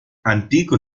antico